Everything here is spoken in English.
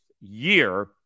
year